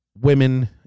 women